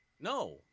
No